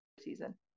season